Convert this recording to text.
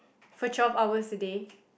for twelve hours a day